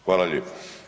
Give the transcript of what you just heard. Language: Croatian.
Hvala lijepo.